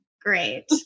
Great